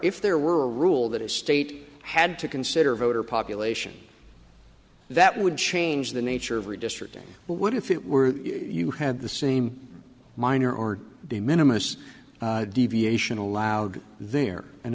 if there were a rule that is state had to consider voter population that would change the nature of redistricting but what if it were you have the same minor or de minimus deviation allowed there in